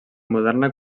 moderna